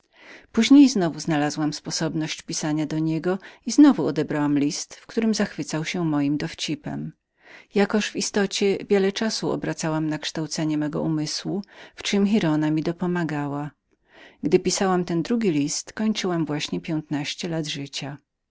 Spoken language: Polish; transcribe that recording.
później znowu znalazłam sposobność pisania do niego i znowu odebrałam list w którym zachwycał się nad moim dowcipem jakoż w istocie cały czas obracałam na kształcenie mego umysłu w czem giralda dzielnie mi dopomagała gdy pisałam ten list kończyłam właśnie piętnaście lat życia